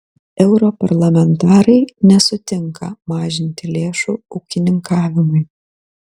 europarlamentarai nesutinka mažinti lėšų ūkininkavimui